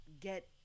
get